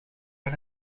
pas